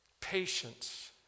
patience